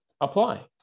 apply